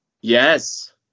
Yes